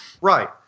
Right